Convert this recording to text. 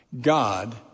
God